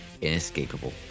inescapable